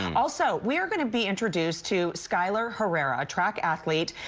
also we're going to be introduced to skylar herrera, a track athlete.